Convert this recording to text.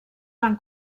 van